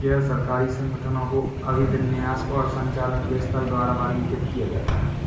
गैर सरकारी संगठनों को अभिविन्यास और संचालन के स्तर द्वारा वर्गीकृत किया जाता है